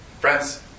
Friends